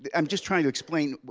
but i'm just trying to explain